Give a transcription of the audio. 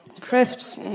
crisps